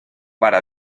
para